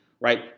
right